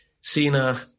Cena